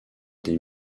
des